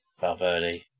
Valverde